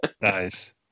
Nice